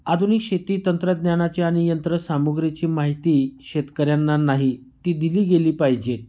आधुनिक शेती तंत्रज्ञानाची आणि यंत्रसामग्रीची माहिती शेतकऱ्यांना नाही ती दिली गेली पाहिजे